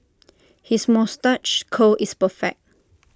his moustache curl is perfect